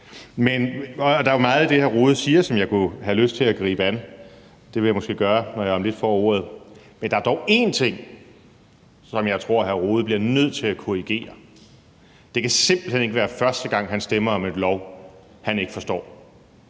Der er meget i det, hr. Jens Rohde siger, som jeg kunne have lyst til at gribe fat i, og det vil jeg måske gøre, når jeg om lidt får ordet. Men der er dog én ting, som jeg tror hr. Jens Rohde bliver nødt til at korrigere: Det kan simpelt hen ikke være første gang, han stemmer om et forslag, han ikke forstår.